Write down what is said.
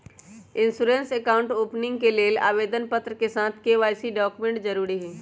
insurance account opening के लेल आवेदन पत्र के साथ के.वाई.सी डॉक्यूमेंट जरुरी हइ